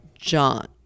john